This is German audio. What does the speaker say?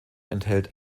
enthält